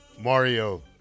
Mario